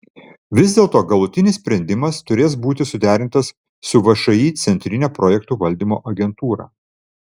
vis dėlto galutinis sprendimas turės būti suderintas su všį centrine projektų valdymo agentūra